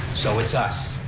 so it's us.